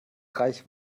reich